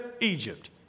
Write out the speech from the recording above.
Egypt